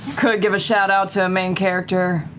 could give a shout out to a main character,